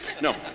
No